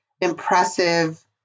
impressive